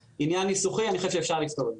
זה רק עניין ניסוחי, אני חושב שאפשר לפתור את זה.